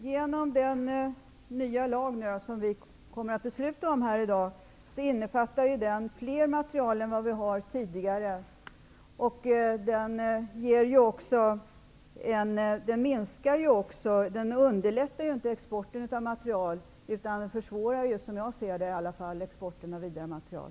Herr talman! Den nya lag som vi kommer att besluta om här i dag innefattar fler slag av materiel än tidigare. Den underlättar ju inte utan försvårar, som jag ser det i alla fall, exporten av vidare materiel.